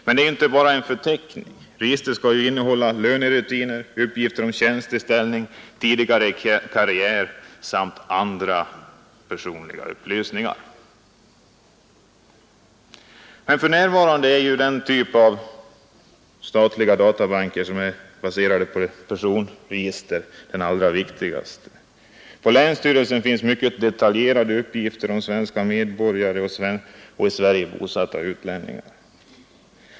Men förutom förteckningen skall registret innehålla uppgifter om tjänsteställning, tidigare tjänster, karriär samt andra personliga upplysningar. För närvarande är dock den typ av statliga databanker, som är baserad på ett personregister, den allra viktigaste. På länsstyrelserna finns mycket detaljerade uppgifter om svenska medborgare och i Sverige bosatta utlänningar.